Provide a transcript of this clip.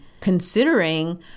considering